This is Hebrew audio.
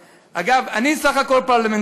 אני לא יודע לאיפה הוא,